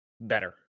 better